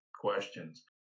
questions